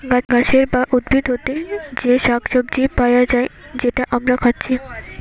গাছের বা উদ্ভিদ হোতে যে শাক সবজি পায়া যায় যেটা আমরা খাচ্ছি